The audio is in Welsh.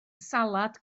salad